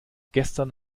gestern